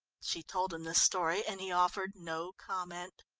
she told him the story, and he offered no comment.